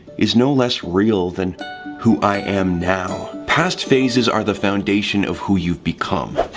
is no less real than who i am now. past phases are the foundation of who you've become.